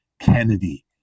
kennedy